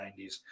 90s